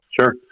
Sure